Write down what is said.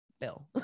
Bill